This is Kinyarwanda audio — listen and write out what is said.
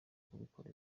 kubikora